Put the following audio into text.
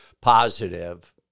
positive